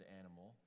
animal